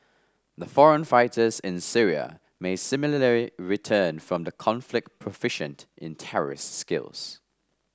the foreign fighters in Syria may similarly return from the conflict proficient in terrorist skills